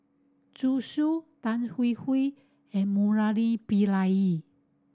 Zhu Xu Tan Hwee Hwee and Murali Pillai